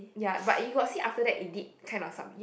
ya but you got see after that it did kind of sub~